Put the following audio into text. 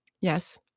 Yes